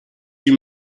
you